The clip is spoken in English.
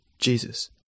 Jesus